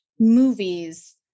movies